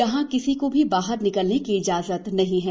यहां किसी को भी बाहर निकलने की इजाजत नहीं है